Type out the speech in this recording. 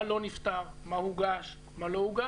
מה לא נפתר, מה הוגש, מה לא הוגש.